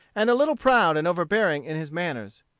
and a little proud and overbearing in his manners.